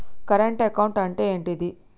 Current account అంటే ఏంటిది?